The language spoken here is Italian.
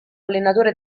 allenatore